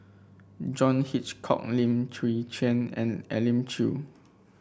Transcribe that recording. John Hitchcock Lim Chwee Chian and Elim Chew